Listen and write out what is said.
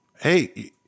Hey